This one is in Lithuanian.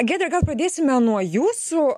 giedre gal pradėsime nuo jūsų